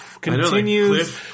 continues